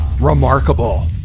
remarkable